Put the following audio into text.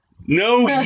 No